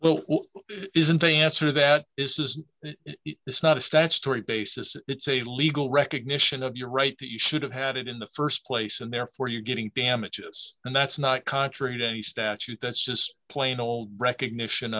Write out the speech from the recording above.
well isn't the answer that this is it's not a statutory basis it's a legal recognition of your right that you should have had it in the st place and therefore you're getting damages and that's not contrary to any statute that's just plain old recognition